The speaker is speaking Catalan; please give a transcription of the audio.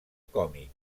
còmic